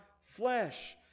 flesh